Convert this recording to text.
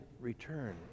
return